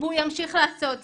והוא ימשיך לעשות זאת.